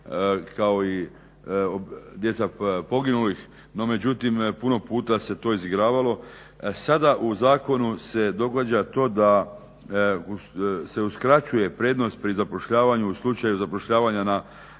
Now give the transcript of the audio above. kao i djeca poginulih. No, međutim puno puta se to izigravalo. Sada u zakonu se događa to da se uskraćuje prednost pri zapošljavanju u slučaju zapošljavanja na